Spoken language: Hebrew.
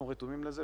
אנחנו רתומים לזה,